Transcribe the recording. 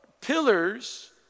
Pillars